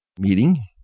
meeting